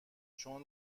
چون